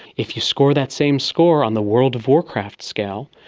if you score that same score on the world of warcraft scale,